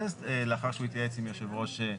לא הצבנו אצבע ובדקנו לפי הרוח אם זאת ירושלים או